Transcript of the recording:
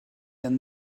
their